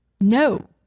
No